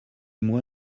moi